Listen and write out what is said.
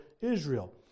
Israel